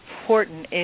important